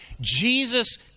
Jesus